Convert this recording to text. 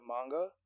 manga